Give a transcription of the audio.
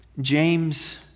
James